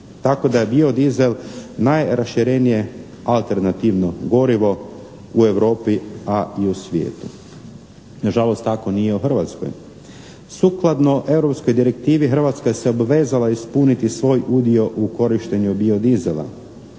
tako da je bio dizel najraširenije alternativno gorivo u Europi a i u svijetu. Na žalost tako nije u Hrvatskoj. Sukladno europskoj direktivi Hrvatska se obvezala ispuniti svoj udio u korištenju bio dizela